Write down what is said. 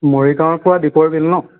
মৰিগাঁওৰ পৰা দীপৰ বিল ন